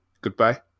goodbye